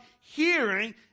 hearing